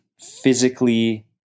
physically